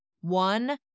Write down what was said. one